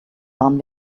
waren